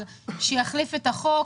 שיחליף את החוק.